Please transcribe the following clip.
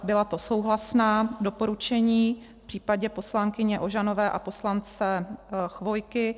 Byla to souhlasná doporučení v případě poslankyně Ožanové a poslance Chvojky.